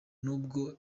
nubwo